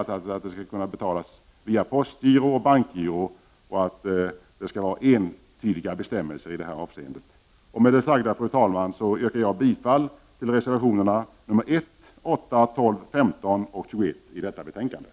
Vi anser att dessa inbetalningar skall kunna göras via postgiro och bankgiro och bestämmelserna skall vara entydiga. Fru talman! Med det sagda yrkar jag bifall till reservationerna 1, 8, 12, 15 och 21 i betänkandet.